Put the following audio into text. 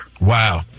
Wow